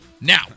Now